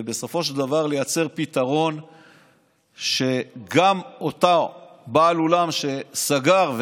ובסופו של דבר לייצר פתרון שאותו בעל אולם שסגר,